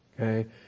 okay